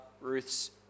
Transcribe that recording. Ruth's